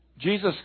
Jesus